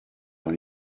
dans